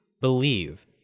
believe